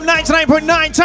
99.9